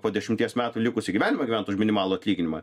po dešimties metų likusį gyvenimą gyvent už minimalų atlyginimą